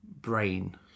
brain